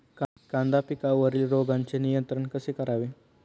कांदा पिकावरील रोगांचे नियंत्रण कसे करावे?